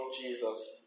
Jesus